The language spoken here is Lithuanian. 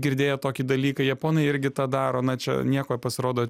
girdėję tokį dalyką japonai irgi tą daro na čia nieko pasirodo